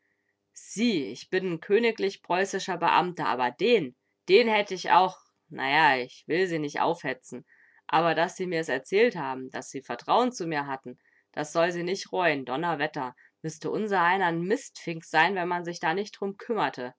sie ich bin n königlich preußischer beamter aber den den hätt ich auch na ja ich will sie nich aufhetzen aber daß sie mir's erzählt haben daß sie vertrauen zu mir hatten das soll sie nich reuen donnerwetter müßte unsereiner n mistfink sein wenn man sich da nich drum kümmerte